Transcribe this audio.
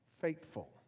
faithful